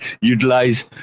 utilize